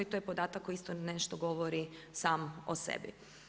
To je podatak koji isto nešto govori sam o sebi.